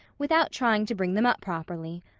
without trying to bring them up properly.